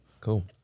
Cool